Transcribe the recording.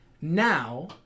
Now